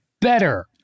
better